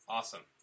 Awesome